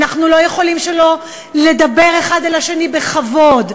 אנחנו לא יכולים שלא לדבר האחד אל השני בכבוד,